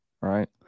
right